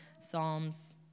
Psalms